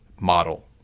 model